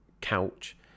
couch